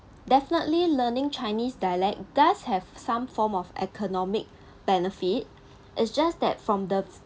definitely learning chinese dialect does have some form of economic benefit it just that from the